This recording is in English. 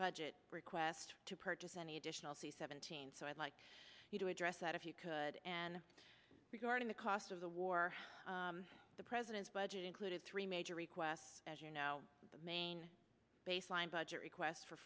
budget request to purchase any additional c seventeen so i'd like you to address that if you could and regarding the cost of the war the president's budget included three major requests as you know the main baseline budget requests for